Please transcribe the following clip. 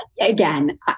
again